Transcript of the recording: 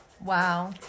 wow